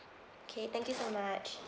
okay thank you so much